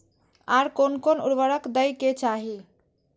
आर कोन कोन उर्वरक दै के चाही?